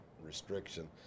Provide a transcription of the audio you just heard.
restriction